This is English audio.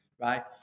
Right